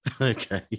Okay